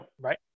Right